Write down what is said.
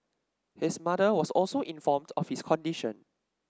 his mother was also informed of his condition